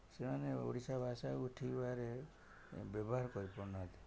ସେମାନେ ଓଡ଼ିଶା ଭାଷାକୁ ଠିକ୍ ଭାବରେ ବ୍ୟବହାର କରି ପାରୁନାହାନ୍ତି